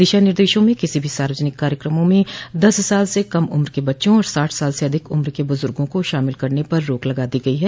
दिशा निर्देशों में किसी भी सार्वजनिक कार्यकमों में दस साल से कम उम्र के बच्चों और साठ साल से अधिक उम्र के बुजुर्गो को शामिल करने पर रोक लगा दी गई है